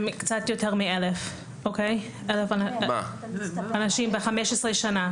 קצת יותר מ-1,000 אנשים ב-15 שנה.